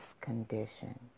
condition